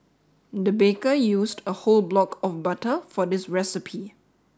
the baker used a whole block of butter for this recipe